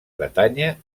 bretanya